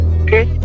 okay